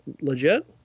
legit